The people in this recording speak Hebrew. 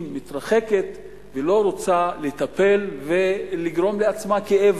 מתרחקת ולא רוצה לטפל ולגרום לעצמה כאב